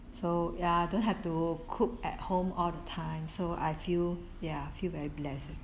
so ya don't have to cook at home all the time so I feel ya feel very blessed